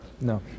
No